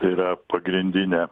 yra pagrindinė